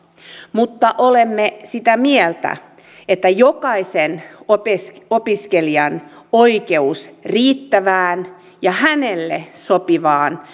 mutta olemme sitä mieltä että jokaisen opiskelijan opiskelijan oikeus riittävään ja hänelle sopivaan